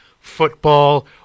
football